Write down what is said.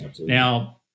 now